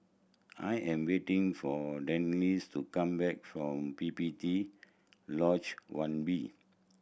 I am waiting for Denice to come back from P P T Lodge One B